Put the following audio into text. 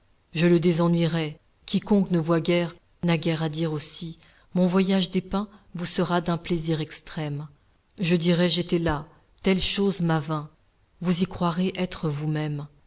je le désennuierai quiconque ne voit guère n'a guère à dire aussi mon voyage dépeint vous sera d'un plaisir extrême je dirai j'étais là telle chose m'avint vous y croirez être vous-même